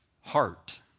heart